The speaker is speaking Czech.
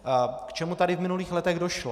K čemu tady v minulých letech došlo?